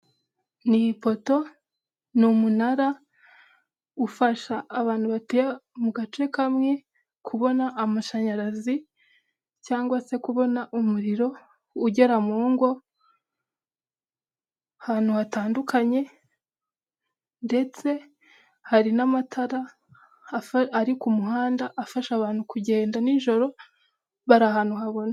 Ni ipoto, ni umunara ufasha abantu batuye mu gace kamwe kubona amashanyarazi, cyangwa se kubona umuriro ugera mu ngo ahantu hatandukanye, ndetse hari n'amatara ari kumuhanda afasha abantu kugenda nijoro bari ahantu habona.